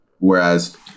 Whereas